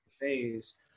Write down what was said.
phase